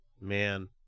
Man